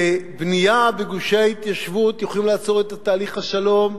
שבנייה בגושי ההתיישבות יכולה לעצור את תהליך השלום.